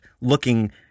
looking